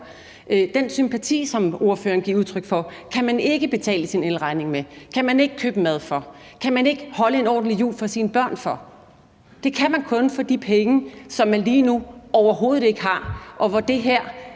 Den sympati, som ordføreren giver udtryk for, kan man ikke betale sin elregning med; den kan man ikke købe mad for; den kan man ikke holde en ordentlig jul for sine børn for. Det kan man kun for de penge, som man lige nu overhovedet ikke har, men det her